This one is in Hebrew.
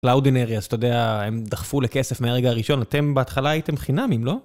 לאודינרי, אז אתה יודע, הם דחפו לכסף מהרגע הראשון, אתם בהתחלה הייתם חינמים, לא?